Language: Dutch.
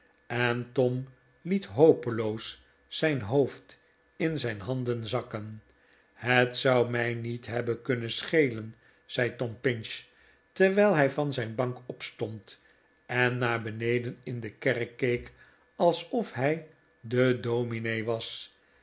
en tom liet hopeloos zijn hoofd in zijn handen zakken het zou mij niet hebben kunnen schelen zei tom pinch terwijl hij van zijn bankje opstond en naar beneden in de kerk keek alsof hij de domine was